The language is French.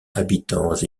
habitants